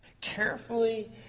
carefully